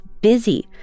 busy